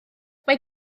mae